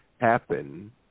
happen